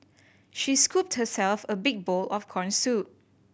she scooped herself a big bowl of corn soup